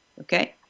Okay